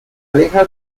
aleja